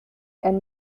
and